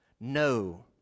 no